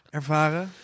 ervaren